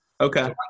Okay